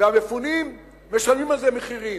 והמפונים משלמים על זה מחירים.